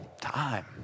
time